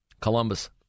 Columbus